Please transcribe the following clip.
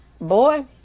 boy